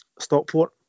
Stockport